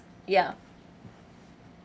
ya